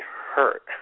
hurt